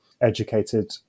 educated